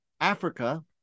Africa